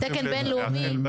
תקן בין לאומי.